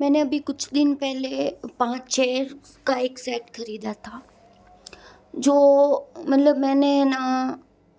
मैंने अभी कुछ दिन पहले पाँच चेयर का एक सेट खरीदा था जो मतलब मैंने ना